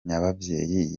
nyababyeyi